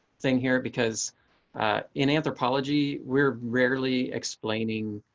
thing here, because in anthropology we're rarely explaining